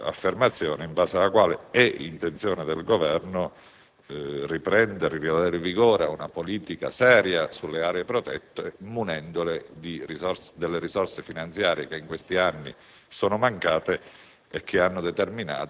l'affermazione in base alla quale è intenzione del Governo riprendere e ridare vigore a una politica seria sulle aree protette, munendole delle risorse finanziarie che in questi anni sono mancate